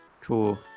Cool